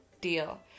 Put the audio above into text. deal